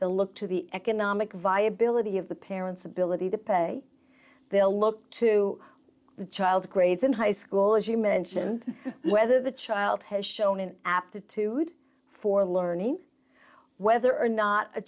to look to the economic viability of the parents ability to pay they'll look to the child's grades in high school as you mentioned whether the child has shown an aptitude for learning whether or not a